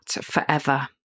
forever